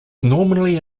normally